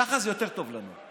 ככה זה יותר טוב לנו.